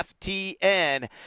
FTN